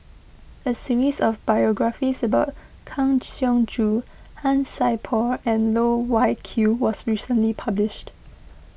a series of biographies about Kang Siong Joo Han Sai Por and Loh Wai Kiew was recently published